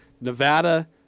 Nevada